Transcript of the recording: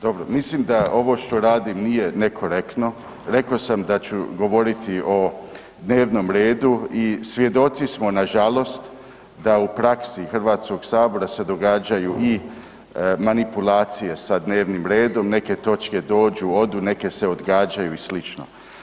Dobro, mislim da ovo što radim nije nekorektno, rekao sam da ću govoriti o dnevnom redu i svjedoci smo nažalost da u praksi HS-a se događaju i manipulacije sa dnevnim redom, neke točke dođu odu, neke se odgađaju i sl.